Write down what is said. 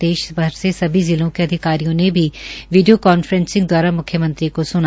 प्रदेश भर से सभी जिलों के अधिकारियों ने भी वीडियो कांफ्रेंसिग द्वारा म्ख्यमंत्री को स्ना